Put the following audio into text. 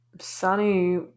Sunny